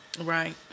Right